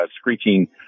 screeching